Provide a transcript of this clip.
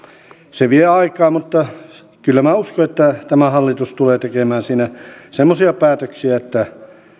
se vie aikaa mutta kyllä minä uskon että tämä hallitus tulee tekemään siinä semmoisia päätöksiä että